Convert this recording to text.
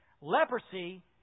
Leprosy